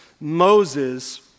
Moses